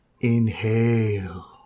Inhale